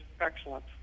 excellent